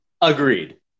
Agreed